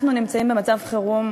אנחנו נמצאים במצב חירום,